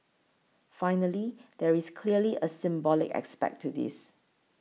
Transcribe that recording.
finally there is clearly a symbolic aspect to this